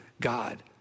God